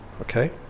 okay